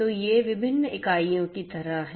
तो ये विभिन्न इकाइयों की तरह हैं